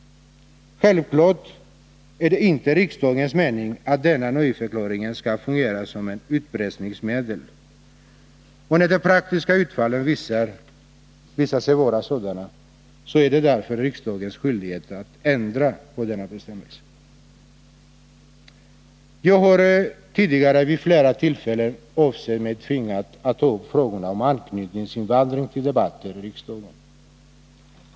Självfallet är det inte riksdagens mening att denna nöjdförklaring skall fungera som ett utpressningsmedel. När det praktiska utfallet visar sig vara sådant, är det därför riksdagens skyldighet att ändra på denna bestämmelse. Jag har tidigare vid flera tillfällen ansett mig tvingad att ta upp frågorna om anknytningsinvandring till debatt här i riksdagen.